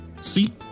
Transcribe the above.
See